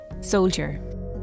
Soldier